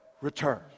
return